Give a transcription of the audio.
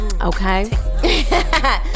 Okay